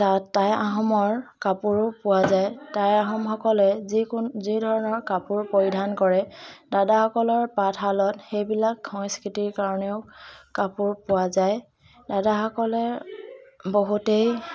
টাই আহোমৰ কাপোৰো পোৱা যায় টাই আহোমসকলে যিকোনো যি ধৰণৰ কাপোৰ পৰিধান কৰে দাদাসকলৰ তাঁতশালত সেইবিলাক সংস্কৃতিৰ কাৰণেও কাপোৰ পোৱা যায় দাদাসকলে বহুতেই